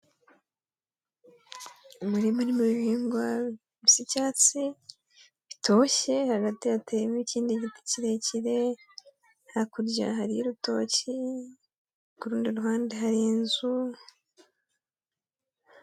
Umurima urimo ibihingwa bisa icyatsi bitoshye. Hagati hateyemo ikindi giti kirekire. Hakurya hari urutoki. Ku rundi ruhande hari inzu.